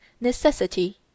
necessity